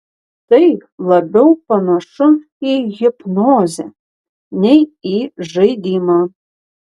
tai labiau panašu į hipnozę nei į žaidimą